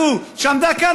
זו שעמדה כאן,